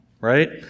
right